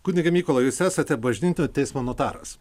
kunige mykolai jūs esate bažnytinio teismo notaras